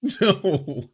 No